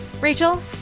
Rachel